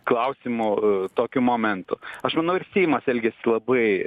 klausimo tokiu momentu aš manau ir seimas elgiasi labai